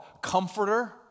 comforter